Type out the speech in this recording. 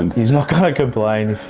and he's not going to complain